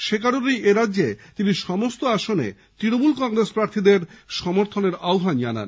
সে কারণে এরাজ্যে তিনি সমস্ত আসনে তৃণমূল কংগ্রেসের প্রার্থীদের সমর্থনের আহ্বান জানান